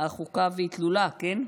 החוקה ואיטלולא, כן?